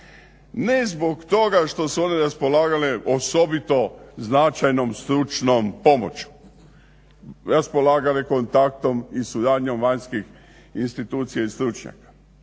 Ne zbog toga što su one raspolagale osobito značajnom stručnom pomoću, raspolagale kontaktom i suradnjom vanjskih institucija i stručnjaka,